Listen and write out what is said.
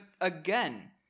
again